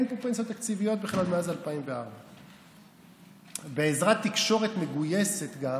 אין פה פנסיות תקציביות בכלל מאז 2004. בעזרת תקשורת מגויסת גם